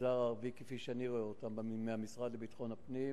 במגזר הערבי כפי שאני רואה אותן מהמשרד לביטחון הפנים